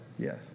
Yes